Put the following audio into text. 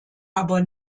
aber